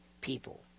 people